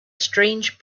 strange